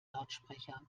lautsprecher